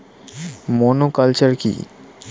Monoculture কি?